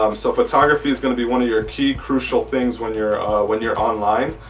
um so photography is gonna be one of your key crucial things when you're when you're online.